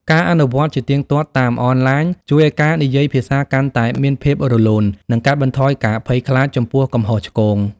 ការអនុវត្តជាទៀងទាត់តាមអនឡាញជួយឱ្យការនិយាយភាសាកាន់តែមានភាពរលូន និងកាត់បន្ថយការភ័យខ្លាចចំពោះកំហុសឆ្គង។